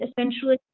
essentially